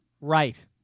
Right